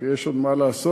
כי יש עוד מה לעשות.